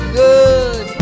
good